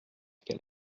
quel